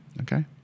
Okay